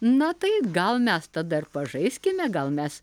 na tai gal mes tada ir pažaiskime gal mes